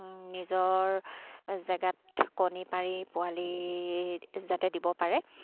নিজৰ জেগাত কণী পাৰি পোৱালি যাতে দিব পাৰে